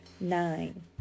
nine